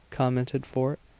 commented fort,